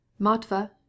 Matva